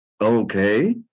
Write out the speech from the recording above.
okay